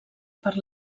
per